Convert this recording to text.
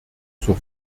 zur